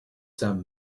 some